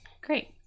Great